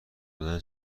دادن